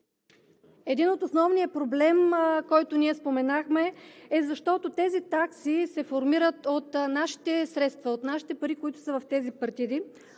един от основните проблеми, за които споменахме, защото тези такси се формират от нашите средства, от нашите пари в тези партиди.